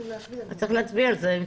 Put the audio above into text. צריך להצביע על זה.